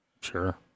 Sure